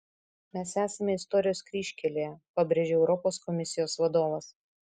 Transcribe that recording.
mes esame istorijos kryžkelėje pabrėžė europos komisijos vadovas